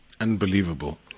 Unbelievable